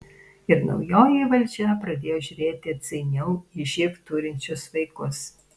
ir naujoji valdžia pradėjo žiūrėti atsainiau į živ turinčius vaikus